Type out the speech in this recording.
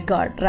God